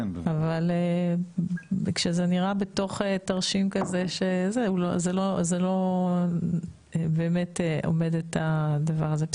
אבל כשזה נראה בתוך תרשים כזה זה לא באמת אומד את הדבר הזה.